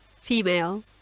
female